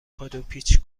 کادوپیچ